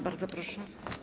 Bardzo proszę.